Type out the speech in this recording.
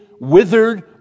withered